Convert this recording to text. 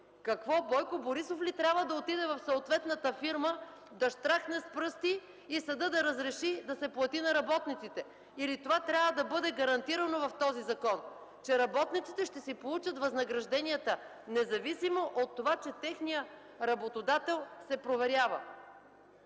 Какво? Бойко Борисов ли трябва да отиде в съответната фирма, да щракне с пръсти и съдът да разреши да се плати на работниците? Или това трябва да бъде гарантирано в закона, че работниците ще си получат възнагражденията, независимо от това, че техният работодател се проверява.